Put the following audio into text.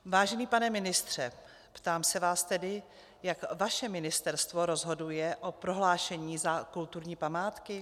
Vážený pane ministře, ptám se vás tedy, jak vaše ministerstvo rozhoduje o prohlášení za kulturní památku.